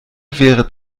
wäre